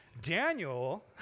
Daniel